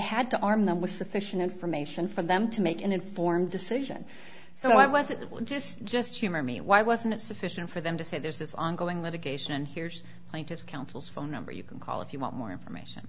had to arm them with sufficient information for them to make an informed decision so i was it would just just humor me why wasn't it sufficient for them to say there's this ongoing litigation here's plaintiff's council's phone number you can call if you want more information